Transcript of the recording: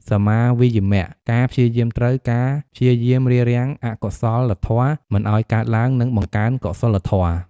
សម្មាវាយាមៈ ការព្យាយាមត្រូវ ការព្យាយាមរារាំងអកុសលធម៌មិនឲ្យកើតឡើង និងបង្កើនកុសលធម៌។